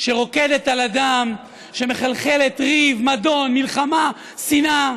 שרוקדת על הדם, שמחרחרת ריב, מדון, מלחמה, שנאה,